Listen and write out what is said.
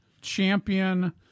Champion